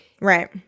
Right